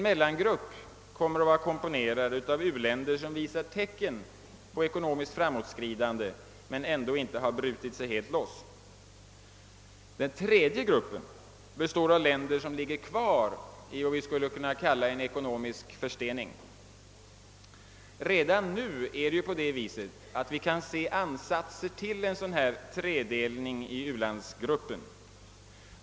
Mellangruppen kommer att vara komponerad av u-länder som visar tendenser till ekonomiskt framåtskridande men som inte har brutit sig loss helt. Den tredje gruppen slutligen kommer att bestå av länder som ligger kvar i vad man skulle kunna kalla för ekonomisk förstening. Redan nu kan vi se ansatser till en sådan tredelning av u-länderna.